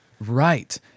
Right